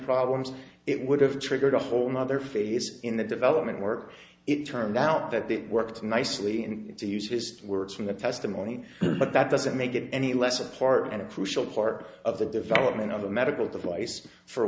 problems it would have triggered a whole nother phase in the development work it turned out that it worked nicely in to use his words from the testimony but that doesn't make it any less a part and a crucial part of the development of the medical device for